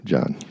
John